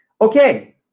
Okay